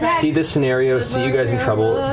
see this scenario, see you guys in trouble,